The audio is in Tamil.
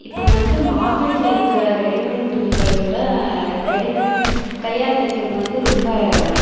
இப்போ வந்து மார்க்கெட்டில இருக்கிற ரெடிமெட் துணிகள் விட ரெடிமெட் கையால் தைக்கிறது வந்து ரொம்ப